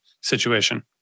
situation